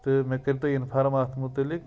تہٕ مےٚ کٔرۍتو اِنفارٕم اَتھ متعلق